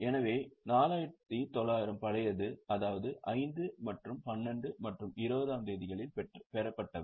எனவே 4900 பொருட்கள் பழையது அதாவது 5 மற்றும் 12 மற்றும் 20 ஆம் தேதிகளில் பெறப்பட்டவை